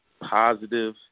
positive